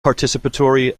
participatory